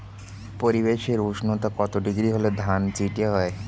পরিবেশের উষ্ণতা কত ডিগ্রি হলে ধান চিটে হয়?